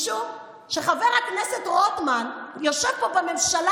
משום שחבר הכנסת רוטמן יושב פה בממשלה